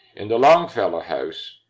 in the longfellow house,